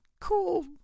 cool